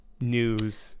news